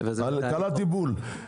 קלעתי בול,